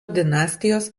dinastijos